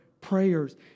prayers